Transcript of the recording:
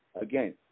Again